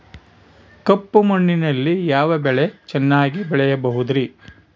ಕಪ್ಪು ಮಣ್ಣಿನಲ್ಲಿ ಯಾವ ಬೆಳೆ ಚೆನ್ನಾಗಿ ಬೆಳೆಯಬಹುದ್ರಿ?